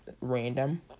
random